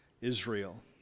Israel